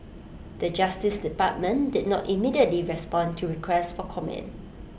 the justice department did not immediately respond to request for comment